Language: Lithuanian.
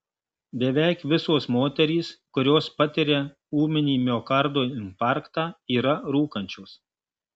beveik visos moterys kurios patiria ūminį miokardo infarktą yra rūkančios